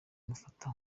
mufata